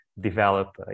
develop